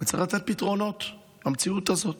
וצריך לתת פתרונות במציאות הזו.